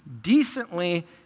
Decently